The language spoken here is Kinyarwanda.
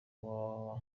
www